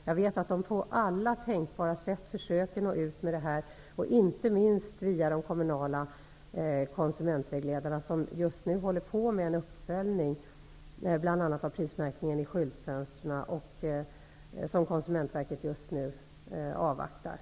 Jag vet att man på alla tänkbara sätt försöker att nå ut med information, inte minst genom de kommunala konsumentvägledarna, som just nu håller på att sammanställa listor bl.a.över prismärkningen i skyltfönstren. Kunsumentverket avvaktar nu dessa listor.